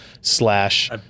slash